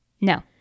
No